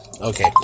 Okay